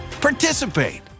participate